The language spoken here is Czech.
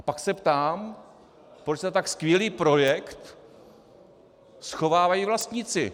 Pak se ptám, proč se za tak skvělý projekt schovávají vlastníci?